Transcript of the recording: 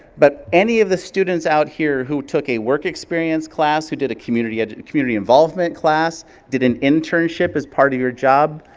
but any of the students out here who took a work experience class, who did a community a community involvement class, did an internship as part of your job,